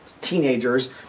teenagers